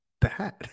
bad